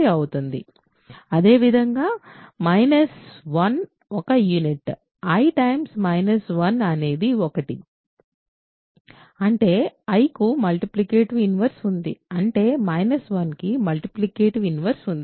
అదేవిధంగా minus i ఒక unit i minus iఅనేది 1 అంటే i కు మల్టిప్లికేటివ్ ఇన్వర్స్ ఉంది అంటే మైనస్ i కి మల్టిప్లికేటివ్ ఇన్వెర్స్ ఉంది